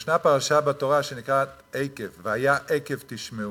יש פרשה בתורה שנקראת עקב, "והיה עקב תשמעון".